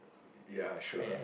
ya sure ppl